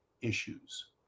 issues